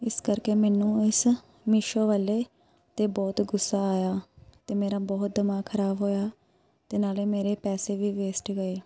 ਇਸ ਕਰਕੇ ਮੈਨੂੰ ਇਸ ਮੀਸ਼ੋ ਵਾਲੇ 'ਤੇ ਬਹੁਤ ਗੁੱਸਾ ਆਇਆ ਅਤੇ ਮੇਰਾ ਬਹੁਤ ਦਿਮਾਗ਼ ਖ਼ਰਾਬ ਹੋਇਆ ਅਤੇ ਨਾਲ਼ੇ ਮੇਰੇ ਪੈਸੇ ਵੀ ਵੇਸਟ ਗਏ